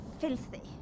filthy